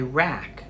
Iraq